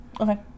Okay